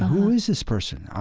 who is this person?